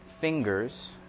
fingers